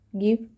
give